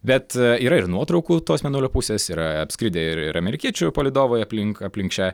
bet yra ir nuotraukų tos mėnulio pusės yra apskridę ir ir amerikiečių palydovai aplink aplink šią